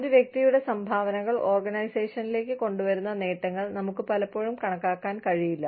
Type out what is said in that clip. ഒരു വ്യക്തിയുടെ സംഭാവനകൾ ഓർഗനൈസേഷനിലേക്ക് കൊണ്ടുവരുന്ന നേട്ടങ്ങൾ നമുക്ക് പലപ്പോഴും കണക്കാക്കാൻ കഴിയില്ല